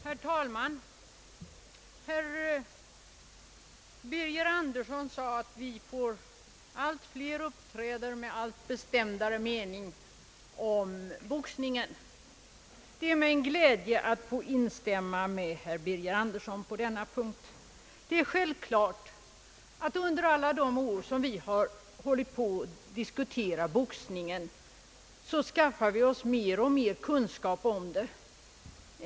Herr talman! Herr Birger Andersson sade att allt flera uppträder med allt bestämdare mening om boxningen. Det är mig en glädje att få instämma med herr Birger Andersson på denna punkt. Det är självklart att vi under alla de år som vi har hållit på att diskutera boxningen har skaffat oss mer och mer kunskap om den.